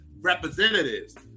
representatives